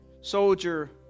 Soldier